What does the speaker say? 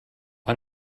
why